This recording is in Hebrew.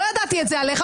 לא ידעתי את זה עליך,